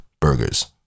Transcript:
Burgers